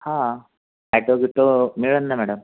हा ॲटो बिटो मिळल ना मॅडम